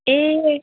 ए